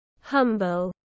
humble